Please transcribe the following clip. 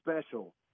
special